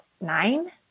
nine